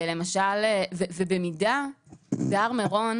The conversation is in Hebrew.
בהר מירון,